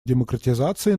демократизации